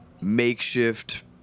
makeshift